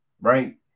right